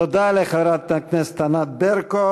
תודה לחברת הכנסת ענת ברקו.